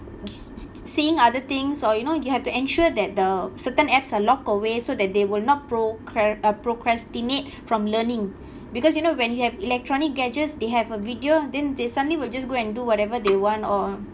seeing other things or you know you have to ensure that the certain apps are locked away so that they will not procra~ uh procrastinate from learning because you know when you have electronic gadgets they have a video then they suddenly will just go and do whatever they want or